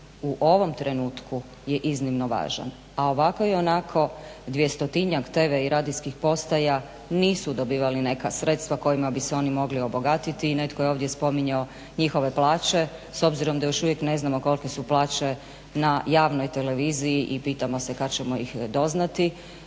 u ovom trenutku je iznimno važan, a ovako i onako 200-njak tv i radijskih postaja nisu dobivali neka sredstva kojima bi se oni mogli obogatiti. I netko je ovdje spominjao njihove plaće, s obzirom da još uvijek ne znamo kolike su plaće na javnoj televiziji i pitamo se kad ćemo ih doznati.